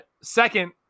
Second